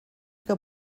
que